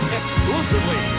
exclusively